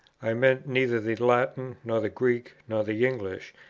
i mean neither the latin, nor the greek, nor the english,